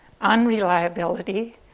unreliability